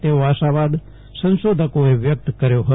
તેવો આશાવાદ સંશોધકોએ વ્યક્ત કર્યો હતો